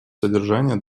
содержание